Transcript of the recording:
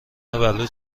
بلوط